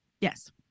Yes